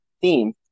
theme